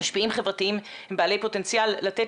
משפיעים חברתיים הם בעלי פוטנציאל לתת